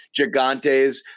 Gigantes